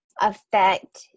affect